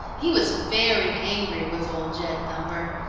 he was very angry, was old jed thumper.